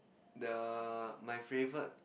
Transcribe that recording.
the my favourite